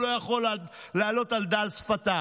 הוא לא יכול להעלות על דל שפתיו,